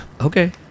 Okay